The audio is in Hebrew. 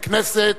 the Knesset,